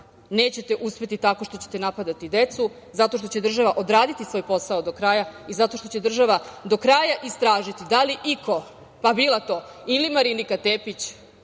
nećete uspeti tako što ćete napadati decu zato što će država odraditi svoj posao do kraja i zato što će država do kraja istražiti da li iko, pa bila to ili Marinika Tepić,